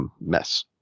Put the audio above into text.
mess